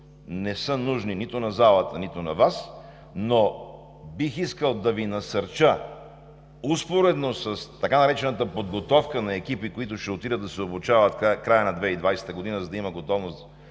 не са нужни нито на залата, нито на Вас, но бих искал да Ви насърча успоредно с така наречената подготовка на екипи, които ще отидат да се обучават в края на 2020 г., за да има готовност